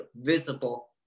visible